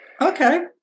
Okay